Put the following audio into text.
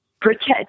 protect